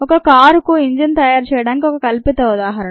ఒక కారుకు ఇంజిన్ తయారు చేయడానికి ఒక కల్పిత ఉదాహరణ